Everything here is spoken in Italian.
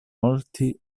molti